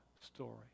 story